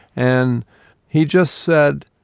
and he just said,